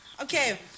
okay